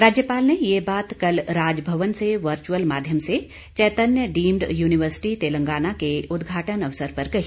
राज्यपाल ने ये बात कल राजभवन से वर्च्अल माध्यम से चैतन्य डीम्ड यूनिवर्सिटी तेलंगाना के उद्घाटन अवसर पर कही